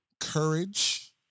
courage